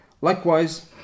Likewise